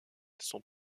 sont